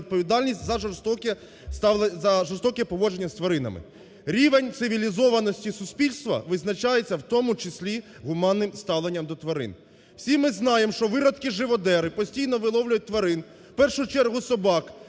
за жорстоке поводження з тваринами. Рівень цивілізованості суспільства визначається в тому числі гуманним ставленням до тварин. Всі ми знаємо, що виродки-живодери постійно виловлюють тварин, в першу чергу собак,